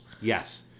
Yes